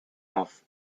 off